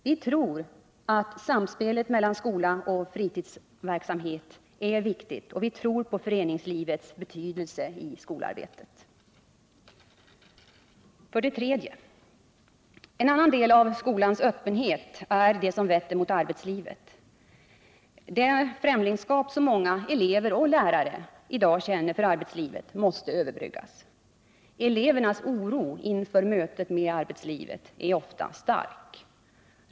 Vi tror att samspelet mellan skola och fritidsverksamhet är viktigt, och vi tror på föreningslivets betydelse i skolarbetet. 3. En annan del av skolans öppenhet vetter mot arbetslivet. Det främlingskap som många elever och lärare i dag känner för arbetslivet måste överbryggas. Elevernas oro inför mötet med arbetslivet är ofta stark.